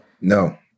No